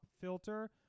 Filter